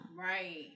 Right